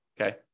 okay